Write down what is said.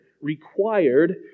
required